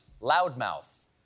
Loudmouth